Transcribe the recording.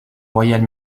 royale